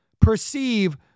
perceive